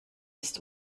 ist